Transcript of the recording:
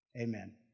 Amen